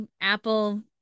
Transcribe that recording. Apple